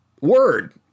word